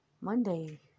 Monday